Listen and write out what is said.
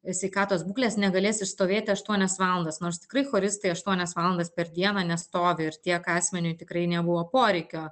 sveikatos būklės negalės išstovėti aštuonias valandas nors tikrai choristai aštuonias valandas per dieną nestovi ir tiek asmeniui tikrai nebuvo poreikio